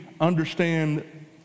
understand